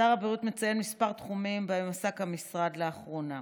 שר הבריאות מציין כמה תחומים שבהם עסק המשרד לאחרונה.